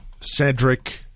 Cedric